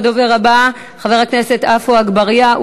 הדובר הבא הוא חבר הכנסת עפו אגבאריה,